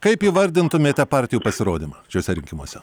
kaip įvardintumėte partijų pasirodymą šiuose rinkimuose